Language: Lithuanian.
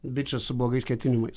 bičas su blogais ketinimais